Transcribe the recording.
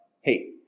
hey